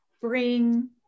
bring